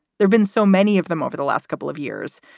there've been so many of them over the last couple of years,